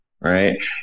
Right